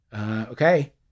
Okay